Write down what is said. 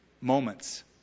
moments